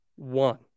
One